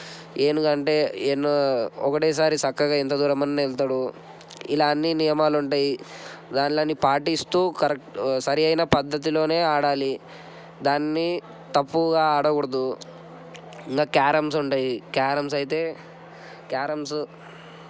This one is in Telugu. ఏనుగు అంటే ఎన్నో ఒకటేసారి చక్కగా ఎంత దూరమని వెళతాడు ఇలా అన్ని నియమాలు ఉంటాయి దాన్లో అన్నీ పాటిస్తూ కరెక్ట్ సరి అయిన పద్ధతిలోనే ఆడాలి దాన్ని తప్పుగా ఆడకూడదు ఇంగా క్యారమ్స్ ఉంటాయి క్యారమ్స్ అయితే క్యారమ్స్